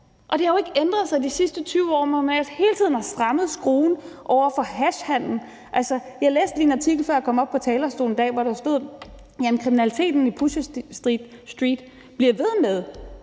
og det har jo ikke ændret sig de sidste 20 år, hvor man ellers hele tiden har strammet skruen over for hashhandel. Jeg læste lige en artikel, før jeg kom op på talerstolen i dag, hvor der stod, at kriminaliteten i Pusher Street bliver ved med